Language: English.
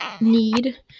need